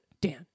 Dan